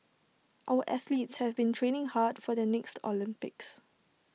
our athletes have been training hard for the next Olympics